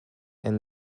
and